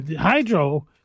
Hydro